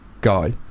guy